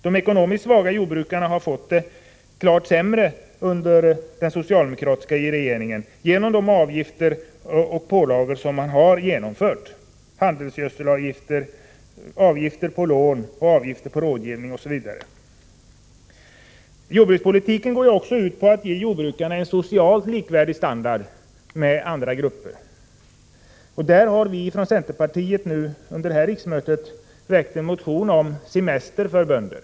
De ekonomiskt svaga jordbrukarna har fått det klart sämre under den socialdemokratiska regeringen genom de avgifter och pålagor som införts — handelsgödselavgifter, avgift på lån och rådgivning, osv. Jordbrukspolitiken går också ut på att ge jordbrukarna en socialt likvärdig standard i förhållande till andra grupper. Från centerpartiet har vi under det här riksmötet väckt en motion om semester för bönder.